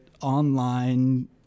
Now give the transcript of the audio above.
online